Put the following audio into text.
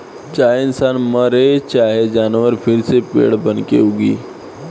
चाहे इंसान मरे चाहे जानवर फिर से पेड़ बनके उगी